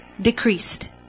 decreased